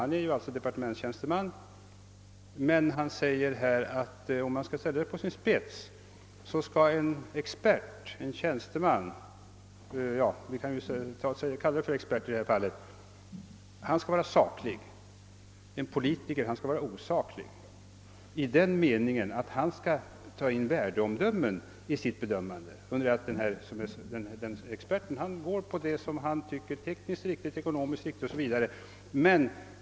Han är alltså departementstjänsteman och han säger att om man skall ställa det på sin spets så skall en expert vara saklig men en politiker osaklig. Politikern skall ta in värdeomdömen i sin bedöm-. ning, under det att experten tar hänsyn till vad han tycker är tekniskt och ekonomiskt riktigt.